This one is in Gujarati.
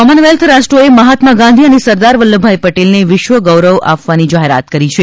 કોમનવેલ્થ રાષ્ટ્રોએ મહાત્મા ગાંધી અને સરદાર વલ્લભભાઈ પટેલને વિશ્વ ગૌરવ આપવાની જાહેરાત કરી છે